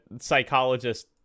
psychologist